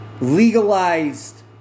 legalized